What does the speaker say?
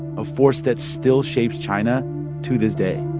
a force that still shapes china to this day